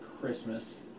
Christmas